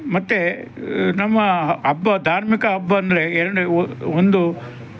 ಮತ್ತೆ ನಮ್ಮ ಹಬ್ಬ ಧಾರ್ಮಿಕ ಹಬ್ಬಂದ್ರೆ ಎರಡು ಒಂದು